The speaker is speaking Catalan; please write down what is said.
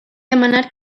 demanar